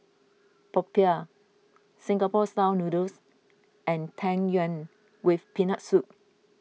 Popiah Singapore Style Noodles and Tang Yuen with Peanut Soup